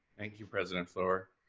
thank you, president fluor.